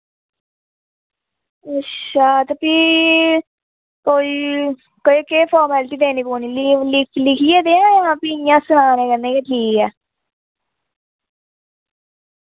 अच्छा ते फ्ही कोई कोई केह् फार्मेलिटी देनी पौनी लीव लिख लिखियै देआं जां फ्ही इ'यां सनाने कन्नै गै ठीक ऐ